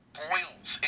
boils